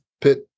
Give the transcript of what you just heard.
pit